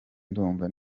ndumva